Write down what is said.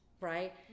right